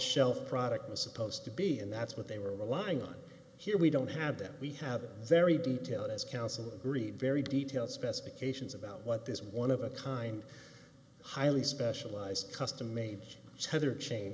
shelf product was supposed to be and that's what they were relying on here we don't have them we have a very detailed as counsel agreed very detail specifications about what this one of a kind highly specialized custom made heather chain